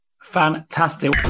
fantastic